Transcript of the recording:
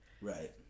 right